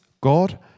God